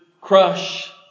crush